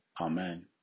Amen